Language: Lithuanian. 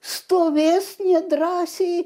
stovės nedrąsiai